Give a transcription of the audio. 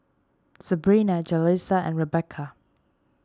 Sebrina Jalissa and Rebecca